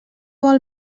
vol